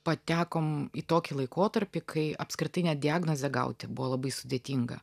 patekom į tokį laikotarpį kai apskritai net diagnozę gauti buvo labai sudėtinga